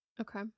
Okay